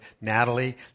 Natalie